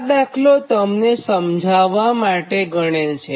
આ દાખલો અહીં તમને સમજાવ્વા માટે ગણેલ છે